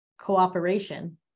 cooperation